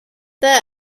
there